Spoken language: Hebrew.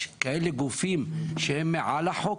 יש כאלה גופים שהם מעל החוק?